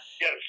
Yes